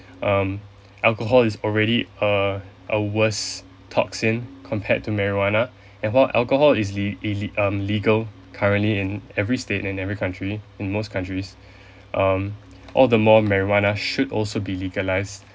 um alcohol is already a a worse toxin compared to marijuana and while alcohol is le~ ille~ um legal currently in every state in every country in most countries um all the more marijuana should also be legalized